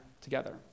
together